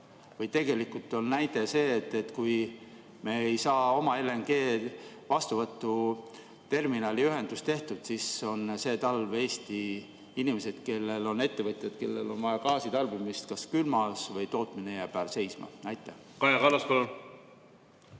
Või tegelikult on näide see, et kui me ei saa oma LNG‑vastuvõtuterminali ühendust tehtud, siis on see talv Eesti inimesed ja ettevõtjad, kellel on vaja gaasi tarbida, kas külmas või tootmine jääb seisma? Hea